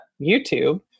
YouTube